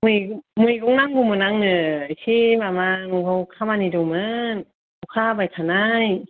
मैगं नांगौमोन आंनो एसे माबा न'आव खामानि दंमोन अखा हाबाय थानाय